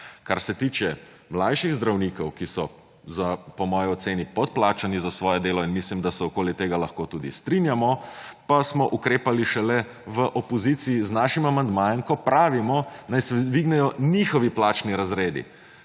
Kar se tiče mlajših zdravnikov, ki so za po moji oceni podplačani za svoje delo in mislim, da so okoli tega lahko tudi strinjamo, pa smo ukrepali šele v opoziciji z našim amandmajem, ko pravimo naj se dvignejo njihovi plačni razredi.